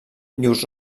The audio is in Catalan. llurs